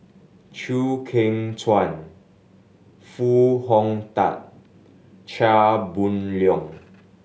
Chew Kheng Chuan Foo Hong Tatt Chia Boon Leong